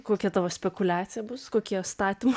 kokia tavo spekuliacija bus kokie statymai